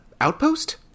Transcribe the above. Outpost